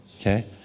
okay